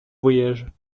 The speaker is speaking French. voyage